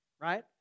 right